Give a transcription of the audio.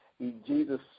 Jesus